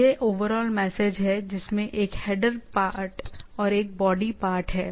यह overall message है जिसमें एक हेडर पार्ट और एक बॉडी पार्ट है